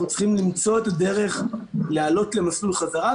צריכים למצוא את הדרך לעלות למסלול חזרה,